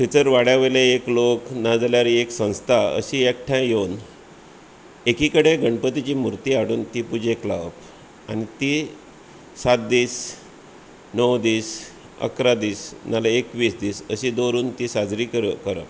थंयसर वाड्यावयले एक लोक ना जाल्यार एक संस्था अशीं एकठांय योवन एकी कडेन गणपतीची मुर्ती हाडून ती पुजेक लावप आनी तीं सात दीस णव दीस इकरा दीस नाजाल्यार एकवीस दीस अशीं दवरून तीं साजरी कर करप